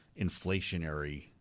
inflationary